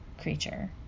creature